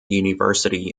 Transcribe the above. university